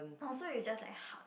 oh so you just like hug